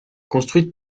construite